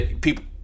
people